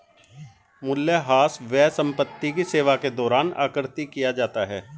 मूल्यह्रास व्यय संपत्ति की सेवा के दौरान आकृति किया जाता है